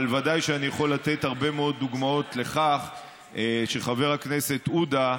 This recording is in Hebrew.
אבל ודאי שאני יכול לתת הרבה מאוד דוגמאות לכך שחבר הכנסת עודה,